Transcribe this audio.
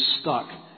stuck